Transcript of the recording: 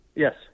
Yes